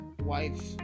wife